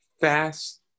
fast